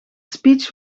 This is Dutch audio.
speech